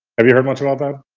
have you heard much about that?